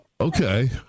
Okay